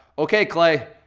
okay clay,